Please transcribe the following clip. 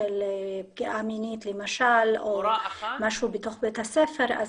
של פגיעה מינית או למשל משהו בתוך בית הספר,